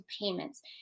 payments